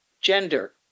Gender